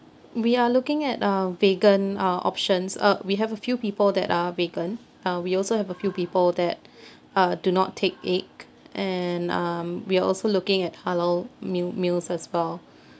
we are looking at uh vegan uh options uh we have a few people that are vegan uh we also have a few people that uh do not take egg and um we are also looking at halal meal meals as well